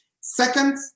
Second